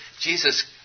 Jesus